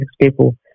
people